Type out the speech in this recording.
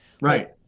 right